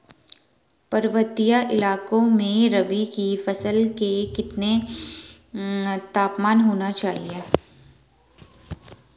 पर्वतीय इलाकों में रबी की फसल के लिए कितना तापमान होना चाहिए?